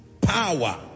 power